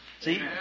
See